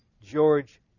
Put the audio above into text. George